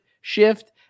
shift